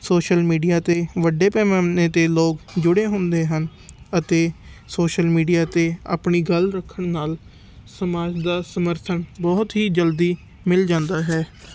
social media 'ਤੇ ਵੱਡੇ ਪੈਮਾਨੇ 'ਤੇ ਲੋਕ ਜੁੜੇ ਹੁੰਦੇ ਹਨ ਅਤੇ ਸੋਸ਼ਲ ਮੀਡੀਆ 'ਤੇ ਆਪਣੀ ਗੱਲ ਰੱਖਣ ਨਾਲ ਸਮਾਜ ਦਾ ਸਮਰਥਨ ਬਹੁਤ ਹੀ ਜਲਦੀ ਮਿਲ ਜਾਂਦਾ ਹੈ